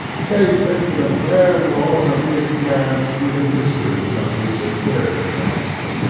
sacred to the bare walls of his garret be the mysteries of his interior dress!